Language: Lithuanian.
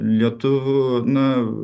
lietuvių na